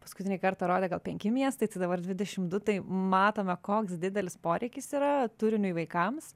paskutinį kartą rodė gal penki miestai tai dabar dvidešim du tai matome koks didelis poreikis yra turiniui vaikams